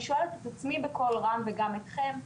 אני שואלת את עצמי בקול רם וגם אתכם,